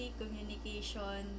communication